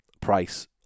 price